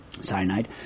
Cyanide